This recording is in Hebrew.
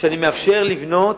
שאני מאפשר לבנות,